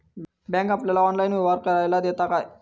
Bank आपल्याला online व्यवहार करायला देता काय?